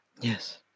yes